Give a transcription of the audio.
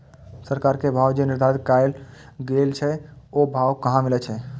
सरकार के भाव जे निर्धारित कायल गेल छै ओ भाव कहाँ मिले छै?